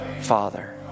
Father